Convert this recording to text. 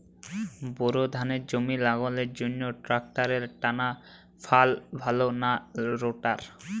Bore ধানের জমি লাঙ্গলের জন্য ট্রাকটারের টানাফাল ভালো না রোটার?